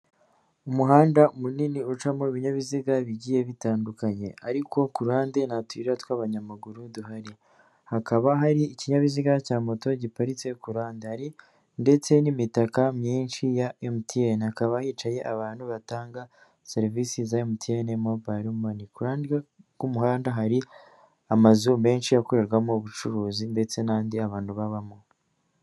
Umuhanda munini ucamo ibinyabiziga bigiye bitandukanye ariko ku ruhande ntatuyira tw'abanyamaguru duhari, hakaba hari ikinyabiziga cya moto giparitse kurande hari ndetse n'imitaka myinshi ya emutiyeni hakaba hicaye abantu batanga serivisi za emutiyene mobayiro mane, ku ruhande rw'umuhanda hari amazu menshi yo gukorerwamo ubucuruzi ndetse n'andi abantu babamo.